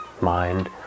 mind